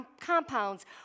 compounds